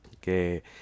que